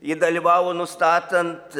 ji dalyvavo nustatant